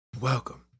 Welcome